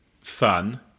fun